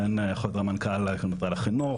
אין חוזרי מנכ"ל של משרד החינוך.